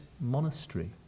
monastery